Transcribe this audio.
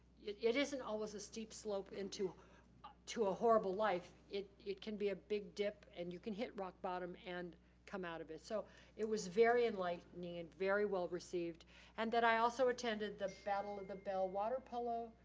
it it isn't always a steep slope into to a horrible life. it it can be a big dip and you can hit rock bottom and come out of it. so it was very enlightening and very well-received and that i also attended the battle of the bell water polo,